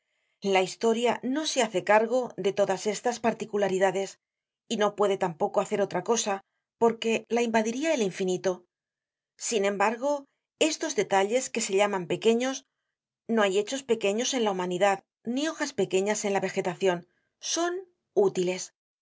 la historia no se hace cargo de todas estas particularidades y no puede tampoco hacer otra cosa porque la invadiria el infinito sin embargo estos detalles que se llaman pequeños no hay hechos pequeños en la humanidad ni hojas pequeñas en la vegetacionson útiles